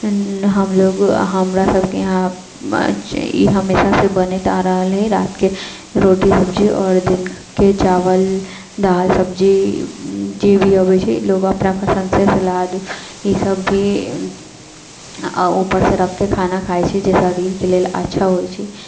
हम लोग हमरा सभके यहाँ ई हमेशासँ बनैत आ रहल अछि रातिके रोटी सब्जी आओर दिनके चावल दालि सब्जी जे भी अबै छै लोक अपना पसन्दसँ सलाद ई सभ भी आओर उपरसँ रखके खाना खाइ छै जाहिसँ शरीरके लेल अच्छा होइ छै